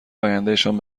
آیندهشان